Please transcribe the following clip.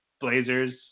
Blazers